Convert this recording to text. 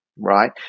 right